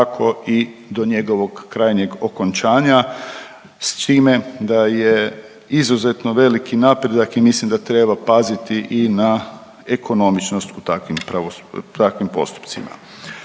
tako i do njegovog krajnjeg okončanja, s time da je izuzetno veliki napredak i mislim da treba paziti i na ekonomičnost u takvim postupcima.